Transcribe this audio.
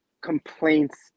complaints